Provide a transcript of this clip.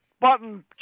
button